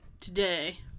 today